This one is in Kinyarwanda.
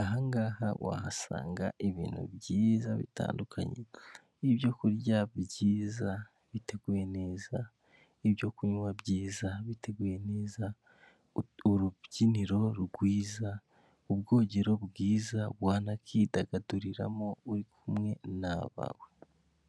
ahahangaha wahasanga ibintu byiza bitandukanye ibyoku kurya byiza biteguye neza, ibyo kunywa byiza, biteguye neza, urubyiniro rwiza, ubwogero bwiza, wanakidagaduriramo uri kumwe na nabawe.